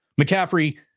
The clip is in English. McCaffrey